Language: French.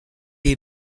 est